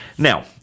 Now